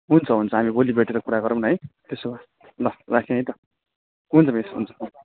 हुन्छ हुन्छ हामी भोलि भेटेर कुरा गरौँ न है त्यसो भए ल राखेँ है त हुन्छ मिस हुन्छ हुन्छ